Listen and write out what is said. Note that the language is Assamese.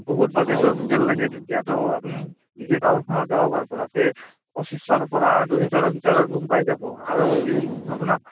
বহুত বাজেটত হোটেল লাগে তেতিয়াতো আপুনি নিজে টাউনখনত যাব পাৰব তাতে পঁচিছৰপৰা দুহেজাৰৰ ভিতৰত ৰূম পাই যাব আৰু যদি আপোনাক